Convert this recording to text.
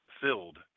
filled